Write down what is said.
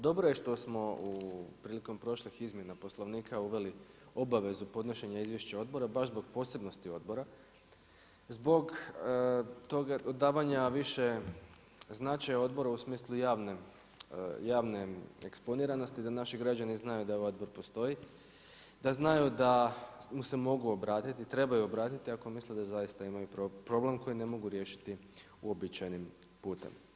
Dobro je što smo prilikom prošlih izmjena Poslovnika uveli obavezu podnošenja izvješća Odbora baš zbog posebnosti odbora, zbog davanja više značaju Odbora u smislu javne eksponiranosti, da naši građani znaju da ovaj Odbor postoji, da znaju da mu se mogu obratiti, trebaju obratiti ako misle da zaista imaju problem koji ne mogu riješiti uobičajenim putem.